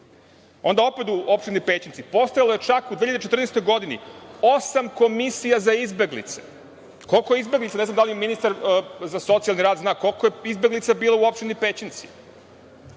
opet, u opštini Pećinci postojalo je čak u 2014. godini osam komisija za izbeglice. Koliko izbeglica, ne znam da li ministar za socijalni rad zna, koliko je izbeglica bilo u opštini Pećinci.U